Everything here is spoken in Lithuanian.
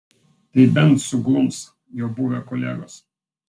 tai bent suglums jo buvę kolegos